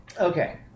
Okay